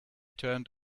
turned